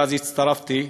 ואז הצטרפתי.